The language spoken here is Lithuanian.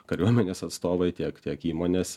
kariuomenės atstovai tiek tiek įmonės